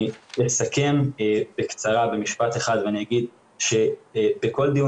אני אסכם בקצרה במשפט אחד ואני אגיד שבכל דיון